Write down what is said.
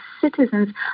citizens